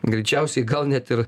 greičiausiai gal net ir